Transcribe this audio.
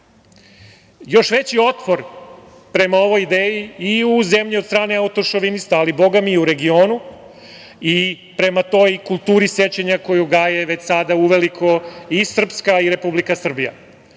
još veći otpor prema ovoj ideji i u zemlji od strane autošovinista ali, Boga mi, i u regionu i prema toj kulturi sećanja koju gaje već sada uveliko i Republika Srpska